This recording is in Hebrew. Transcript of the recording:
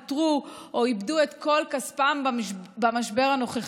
פוטרו או איבדו את כל כספם במשבר הנוכחי.